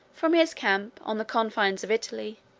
from his camp, on the confines of italy,